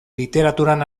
literaturan